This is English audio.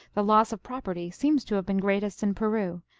the loss of property seems to have been greatest in peru,